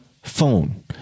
phone